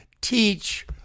teach